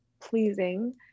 pleasing